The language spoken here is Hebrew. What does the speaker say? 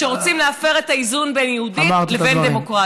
שרוצים להפר את האיזון בין יהודית לבין דמוקרטית.